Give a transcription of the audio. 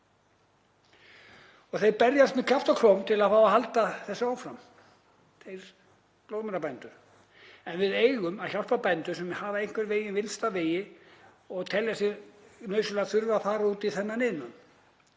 Og þeir berjast með kjafti og klóm til að fá að halda þessu áfram, blóðmerabændur. En við eigum að hjálpa bændum sem hafa einhvern veginn villst af vegi og telja sig nauðsynlega þurfa að fara út í þennan iðnað,